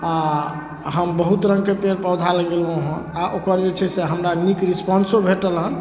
आओर हम बहुत रङ्गके पेड़ पौधा लगेलहुँ हँ आओर ओकर जे छै से हमरा नीक रिस्पोन्सो भेटल हँ